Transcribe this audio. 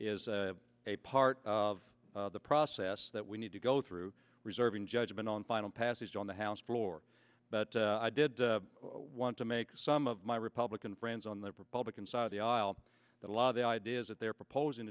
is a part of the process that we need to go through reserving judgment on final passage on the house floor but i did want to make some of my republican friends on the republican side of the aisle that a lot of the ideas that they are proposing